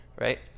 right